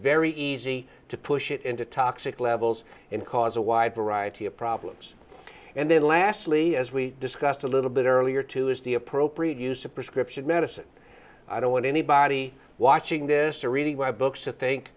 very easy to push it into toxic levels and cause a wide variety of problems and then lastly as we discussed a little bit earlier too is the appropriate use of prescription medicine i don't want anybody watching this or reading my books to think